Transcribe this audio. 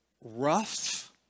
rough